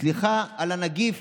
סליחה על הנגיף